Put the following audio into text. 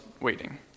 waiting